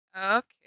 Okay